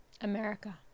America